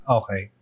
okay